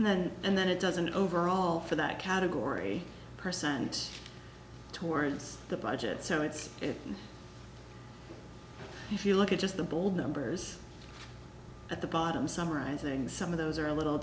then and then it doesn't overall for that category percent towards the budget so it's if you look at just the ball numbers at the bottom summarizing some of those are a little